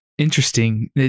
Interesting